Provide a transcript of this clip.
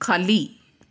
ಕಲಿ